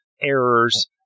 errors